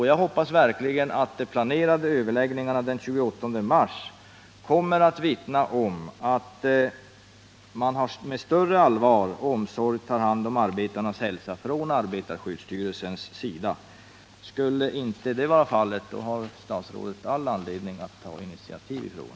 Jag hoppas verkligen att de planerade överläggningarna den 28 mars kommer att vittna om att arbetarskyddsstyrelsen med större allvar och omsorg tar hand om arbetarnas hälsa. Skulle inte det vara fallet har statsrådet all anledning att ta initiativ i frågan.